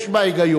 יש בה היגיון.